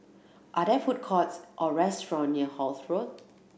are there food courts or restaurant near Holt Road